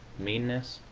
meanness,